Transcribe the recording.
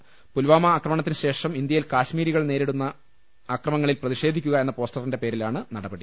പുൽവാമ ആക്രമണത്തിന് ശേഷം ഇന്ത്യയിൽ കാശ് മീരികൾക്ക് നേരെ നടക്കുന്ന അക്രമങ്ങളിൽ പ്രതിഷേധിക്കുക എന്ന പോസ്റ്ററിന്റെ പേരിലാണ് നടപടി